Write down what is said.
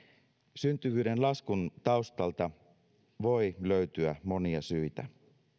syntyvyyden laskun taustalta voi löytyä monia syitä